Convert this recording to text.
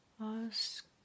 ask